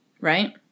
right